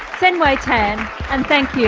sein-way tan and thank you.